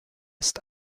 ist